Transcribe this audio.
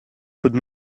could